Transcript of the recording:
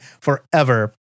forever